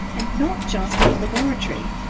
and not just in the laboratory,